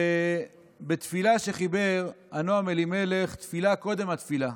בתפילה שחיבר הנועם אלימלך, תפילה קודם התפילה,